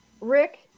Rick